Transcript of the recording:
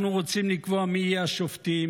אנחנו רוצים לקבוע מי יהיה השופטים,